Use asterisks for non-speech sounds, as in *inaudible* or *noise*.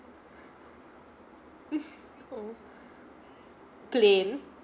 *laughs* oh plain